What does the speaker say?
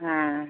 हाँ